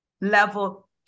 level